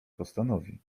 postanowi